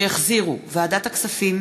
שהחזירו ועדת הכספים,